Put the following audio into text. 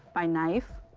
by knife,